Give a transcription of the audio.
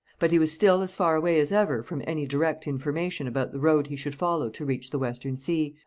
but he was still as far away as ever from any direct information about the road he should follow to reach the western sea,